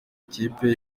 ikipe